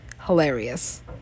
Hilarious